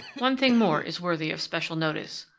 one thing more is worthy of special notice.